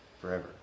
forever